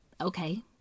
Okay